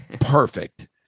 perfect